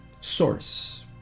source